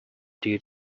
due